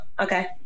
okay